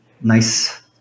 nice